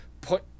Put